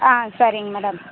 ஆ சரிங்க மேடம்